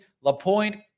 Lapointe